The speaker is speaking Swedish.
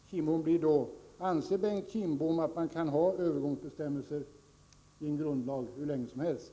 Herr talman! Min fråga till Bengt Kindbom blir då: Anser Bengt Kindbom att man kan ha övergångsbestämmelser i en grundlag hur länge som helst?